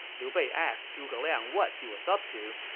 liu bei asked zhuge liang what he was up to,